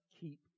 keep